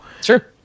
Sure